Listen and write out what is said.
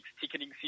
ticketing